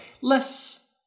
less